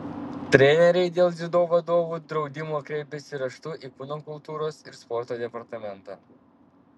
treneriai dėl dziudo vadovų draudimo kreipėsi raštu į kūno kultūros ir sporto departamentą